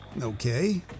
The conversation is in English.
Okay